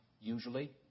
usually